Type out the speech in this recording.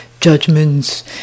judgments